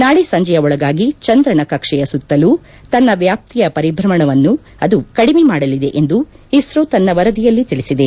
ನಾಳೆ ಸಂಜೆಯ ಒಳಗಾಗಿ ಚಂದ್ರನ ಕಕ್ಷೆಯ ಸುತ್ತಲೂ ತನ್ನ ವಾಪ್ತಿಯ ಪರಿಭ್ರಮಣವನ್ನು ಅದು ಕಡಿಮೆ ಮಾಡಲಿದೆ ಎಂದು ಇಸ್ತೋ ತನ್ನ ವರದಿಯನ್ನು ತಿಳಿಸಿದೆ